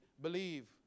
believe